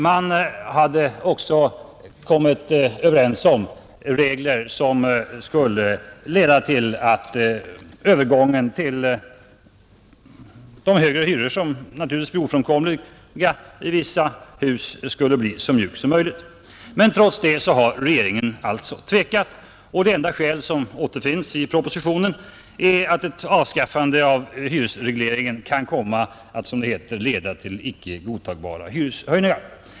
Man kom också överens om regler som skulle leda till att övergången till de högre hyror som är ofrånkomliga i vissa hus blir så mjuk som möjligt. Trots detta har regeringen tvekat, och det enda skäl som återfinns i propositionen är att ett avskaffande av hyresregleringen kan komma att som det heter ”leda till icke godtagbara hyreshöjningar”.